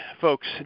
folks